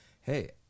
hey